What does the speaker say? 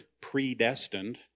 predestined